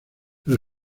pero